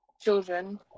children